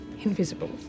invisible